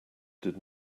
did